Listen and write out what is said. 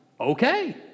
okay